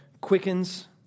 quickens